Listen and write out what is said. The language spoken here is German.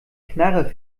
knarre